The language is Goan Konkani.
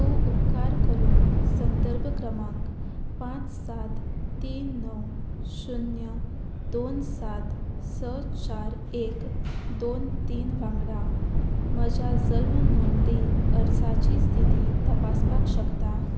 तूं उपकार करून संदर्भ क्रमांक पांच सात तीन णव शुन्य दोन सात स चार एक दोन तीन वांगडा म्हज्या जल्म नोंदणी अर्जाची स्थिती तपासपाक शकता